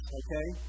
okay